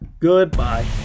Goodbye